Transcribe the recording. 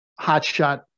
hotshot